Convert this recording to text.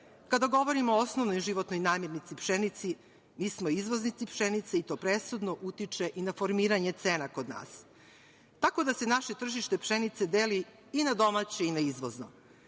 Kada govorimo o osnovnoj životnoj namirnici pšenici, mi smo izvoznici pšenice i to presudno utiče i na formiranje cena kod nas, tako da se naše tržište pšenice deli i na domaće i na izvozno. Kada